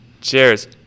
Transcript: Cheers